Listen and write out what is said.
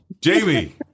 Jamie